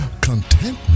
Contentment